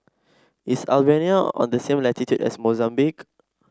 is Albania on the same latitude as Mozambique